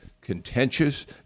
contentious